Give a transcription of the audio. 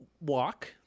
walk